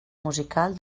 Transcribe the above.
musical